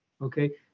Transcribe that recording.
Okay